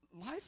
life